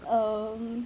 um